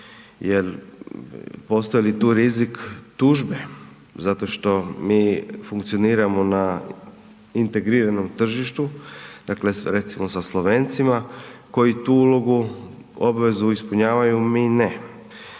Postoji li tu rizik tužbe zato što mi funkcioniramo na integriranom tržištu, recimo sa Slovencima koji tu obvezu ispunjavaju mi ne?